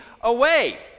away